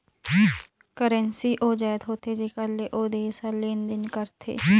currency ओ जाएत होथे जेकर ले ओ देस हर लेन देन करथे